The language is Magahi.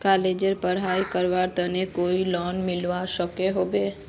कॉलेजेर पढ़ाई करवार केते कोई लोन मिलवा सकोहो होबे?